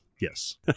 Yes